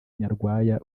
nyarwaya